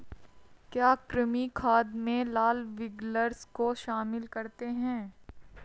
क्या कृमि खाद में लाल विग्लर्स को शामिल करते हैं?